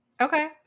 Okay